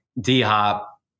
D-Hop